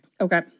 Okay